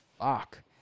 fuck